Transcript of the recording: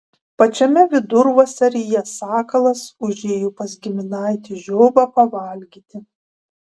pačiame vidurvasaryje sakalas užėjo pas giminaitį žiobą pavalgyti